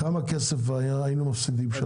כמה כסף היינו מפסידים שם?